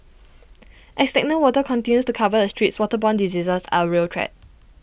as stagnant water continues to cover the streets waterborne diseases are real threat